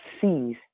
sees